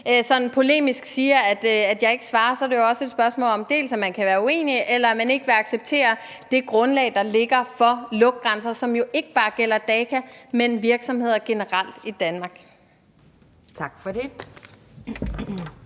lidt polemisk siger, at jeg ikke svarer, er det jo også et spørgsmål om, at man kan være uenig, eller at man ikke vil acceptere det grundlag, der ligger, for lugtgrænser, som jo ikke bare gælder Daka, men virksomheder generelt i Danmark. Kl.